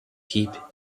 keep